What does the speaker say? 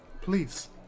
Please